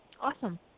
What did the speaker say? Awesome